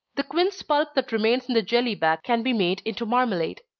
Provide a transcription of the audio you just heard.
the quince pulp that remains in the jelly-bag can be made into marmalade.